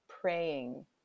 praying